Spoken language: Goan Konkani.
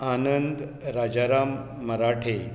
आनंद राजाराम मराठे